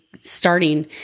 starting